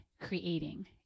creating